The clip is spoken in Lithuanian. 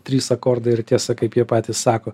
trys akordai ir tiesa kaip jie patys sako